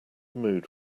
mood